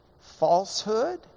falsehood